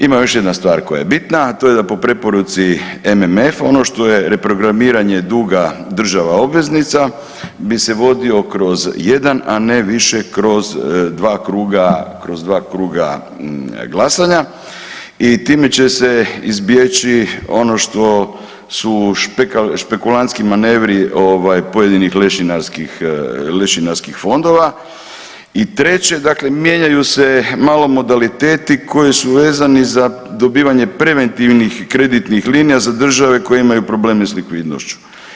Ima još jedna stvar koja je bitna, a to je da po preporuci MMF, ono što je reprogramiranje duga država obveznica bi se vodio kroz jedan, a ne više kroz 2 kruga glasanja i time će se izbjeći ono što su špekulantski manevri ovaj, pojedinih lešinarskih fondova i treće, dakle mijenjaju se malo modaliteti koji su vezani za dobivanje preventivnih kreditnih linija za države koje imaju probleme s likvidnošću.